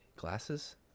Glasses